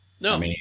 No